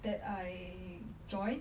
that I join